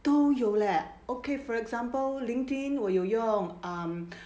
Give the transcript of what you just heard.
都有 leh okay for example linkedin 我有用 um